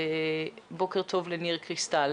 בוקר טוב לניר קריסטל.